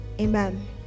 amen